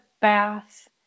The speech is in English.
bath